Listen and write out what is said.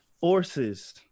forces